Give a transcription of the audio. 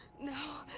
no!